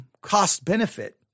cost-benefit